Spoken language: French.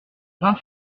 vingt